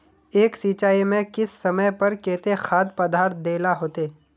एक सिंचाई में किस समय पर केते खाद पदार्थ दे ला होते?